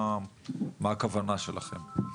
מה הכוונה שלכם?